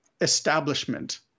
establishment